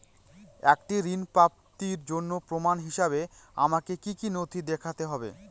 একটি ঋণ প্রাপ্তির জন্য প্রমাণ হিসাবে আমাকে কী কী নথি দেখাতে হবে?